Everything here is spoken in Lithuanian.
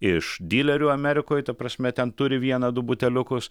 iš dilerių amerikoj ta prasme ten turi vieną du buteliukus